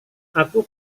aku